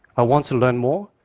i want to learn more,